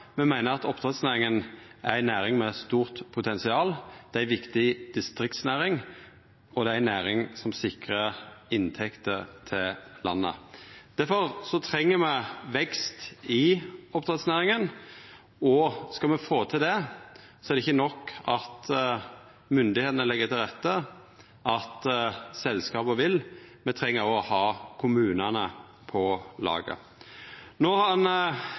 Me meiner at oppdrettsnæringa er ei næring med eit stort potensial. Det er ei viktig distriktsnæring, og det er ei næring som sikrar inntekter til landet. Difor treng me vekst i oppdrettsnæringa. Skal me få til det, er det ikkje nok at myndigheitene legg til rette for det, og at selskapa vil det – me treng òg å ha kommunane med på laget. Ein har